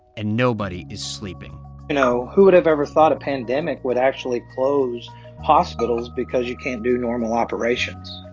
and nobody is sleeping you know, who would've ever thought a pandemic would actually close hospitals because you can't do normal operations?